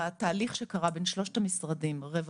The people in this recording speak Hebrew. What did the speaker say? חושבת שהתהליך שקרה בין שלושת המשרדים: רווחה,